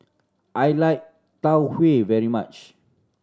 I like Tau Huay very much